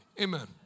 Amen